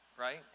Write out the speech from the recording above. right